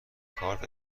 کارت